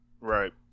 Right